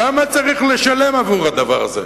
כמה צריך לשלם עבור הדבר הזה?